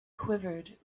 quivered